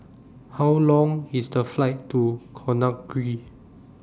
How Long IS The Flight to Conakry